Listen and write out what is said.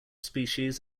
species